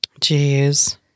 Jeez